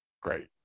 Great